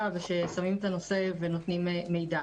ועל כך ששמים את הנושא ונותנים מידע.